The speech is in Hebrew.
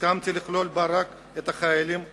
הסכמתי לכלול בה רק את החיילים הקרביים,